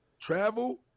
travel